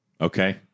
Okay